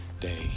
day